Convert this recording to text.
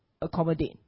accommodate